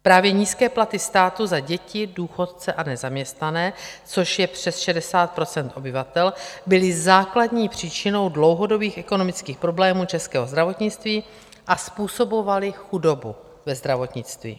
Právě nízké platy státu za děti, důchodce a nezaměstnané, což je přes 60 % obyvatel, byly základní příčinou dlouhodobých ekonomických problémů českého zdravotnictví a způsobovaly chudobu ve zdravotnictví.